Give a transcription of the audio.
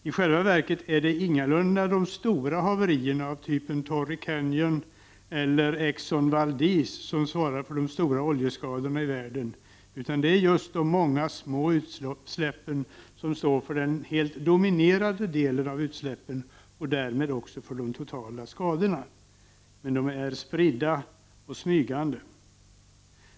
I själva verket är det ingalunda de stora haverierna av typen Torey Canyon eller Exxon Valdis som svarar för de stora oljeskadorna i världen, utan det är just de många små utsläppen som står för den helt dominerande delen av utsläppen och därmed också de totala skadorna. Men de är spridda och smygande.